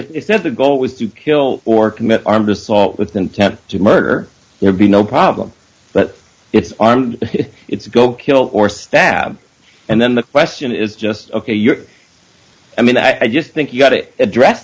if that's the goal was to kill or commit armed assault with intent to murder would be no problem but it's armed it's go kill or stab and then the question is just ok you're i mean i just think you got it address